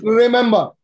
remember